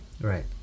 Right